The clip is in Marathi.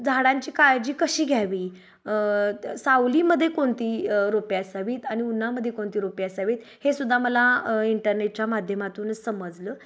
झाडांची काळजी कशी घ्यावी त सावलीमध्ये कोणती रोपे असावीेत आणि उन्हामध्ये कोणती रोपे असावीेत हे सुद्धा मला इंटरनेटच्या माध्यमातूनच समजलं